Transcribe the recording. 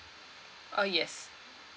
uh yes